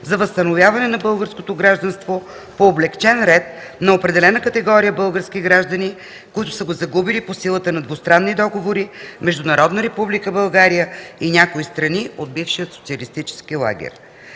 за възстановяване на българско гражданство по облекчен ред на определена категория български граждани, които са го загубили по силата на двустранни договори между Народна Република България и някои страни от бившия социалистически лагер.